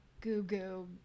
goo-goo